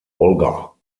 olga